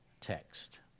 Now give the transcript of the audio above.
text